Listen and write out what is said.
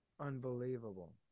Unbelievable